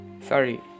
Sorry